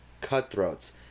cutthroats